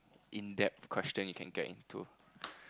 in depth question you can get into